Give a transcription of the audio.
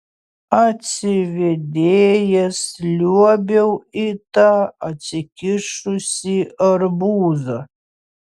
atsivėdėjęs liuobiau į tą atsikišusį arbūzą